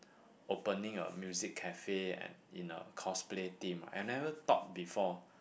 opening a music cafe and in a cosplay theme I never thought before